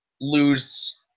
lose